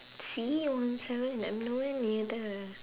see one seven I'm no where near there ah